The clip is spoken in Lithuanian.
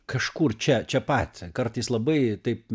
kažkur čia čia pat kartais labai taip